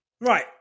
Right